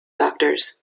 doctors